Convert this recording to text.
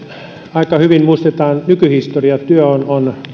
aika hyvin muistetaan nykyhistoria työ on kuitenkin